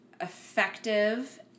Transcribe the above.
effective